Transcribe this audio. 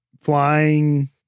flying